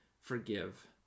forgive